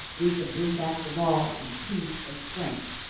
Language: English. we can bring back the law and peace and strength.